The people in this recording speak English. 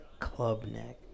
Clubneck